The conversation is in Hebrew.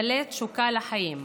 מלא תשוקה לחיים.